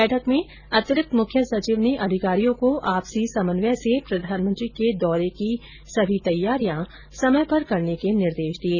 बैठक में अतिरिक्त मुख्य सचिव ने अधिकारियों को आपसी समन्वय से प्रधानमंत्री के दौरे की सभी तैयारियां समय पर करने के निर्देश दिये